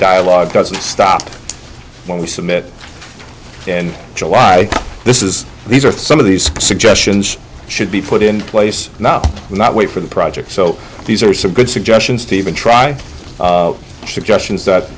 dialogue doesn't stop when we submit in july this is these are some of these suggestions should be put in place now and not wait for the project so these are some good suggestions to even try suggestions that